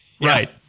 Right